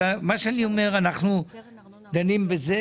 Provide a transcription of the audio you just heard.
אז מה שאני אומר, אנחנו דנים בזה.